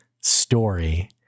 story